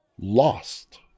lost